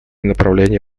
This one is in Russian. направления